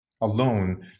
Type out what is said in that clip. alone